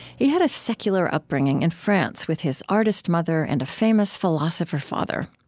he had a secular upbringing in france with his artist mother and a famous philosopher father.